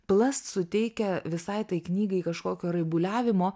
plast suteikia visai tai knygai kažkokio raibuliavimo